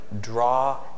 draw